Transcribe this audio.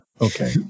okay